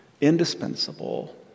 indispensable